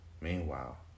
Meanwhile